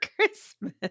Christmas